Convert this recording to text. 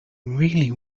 really